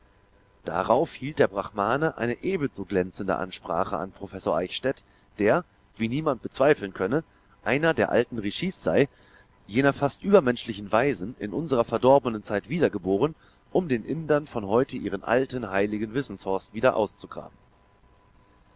darauf hielt der brahmane eine ebenso glänzende ansprache an professor eichstädt der wie niemand bezweifeln könne einer der alten rishisrishis heilige urheber der veda sei jener fast übermenschlichen weisen in unserer verdorbenen zeit wiedergeboren um den indern von heute ihren alten heiligen wissenshorst wieder auszugraben